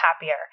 happier